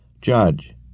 Judge